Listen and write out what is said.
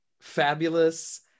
fabulous